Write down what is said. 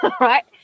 right